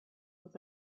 with